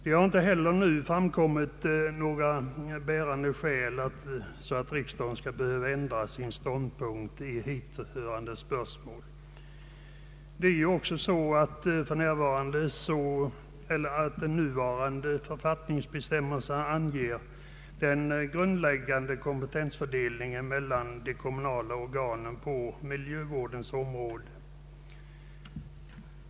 Det har inte heller nu framkommit några bärande skäl som gör att riksdagen har anledning att ändra ståndpunkt i hithörande spörsmål. De nuvarande författningsbestämmelserna anger vidare den grundläggande kompetensfördelningen mellan de kommunala organen på miljövårdens område.